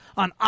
on